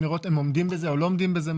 הם עומדים בזה או לא עומדים בזה.